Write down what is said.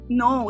no